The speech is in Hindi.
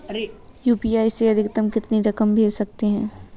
यू.पी.आई से अधिकतम कितनी रकम भेज सकते हैं?